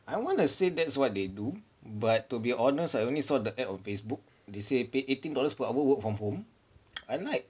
I want to say that's what they do but to be honest I only saw the ad on Facebook they say pay eighteen dollars per hour work from home I like